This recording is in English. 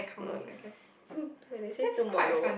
when they say tomollow